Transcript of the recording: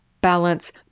balance